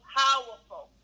powerful